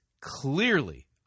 clearly